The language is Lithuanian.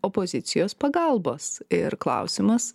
opozicijos pagalbos ir klausimas